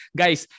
guys